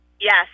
Yes